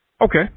Okay